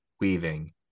Weaving